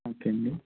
okay అండి